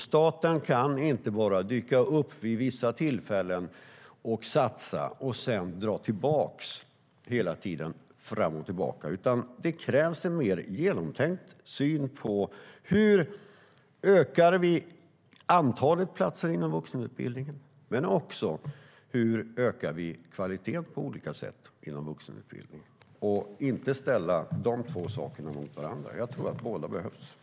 Staten kan inte bara dyka upp vid vissa tillfällen och satsa och sedan dra tillbaka och hela tiden gå fram och tillbaka.(forts.